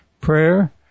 prayer